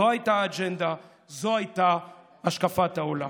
זו הייתה האג'נדה, זו הייתה השקפת העולם.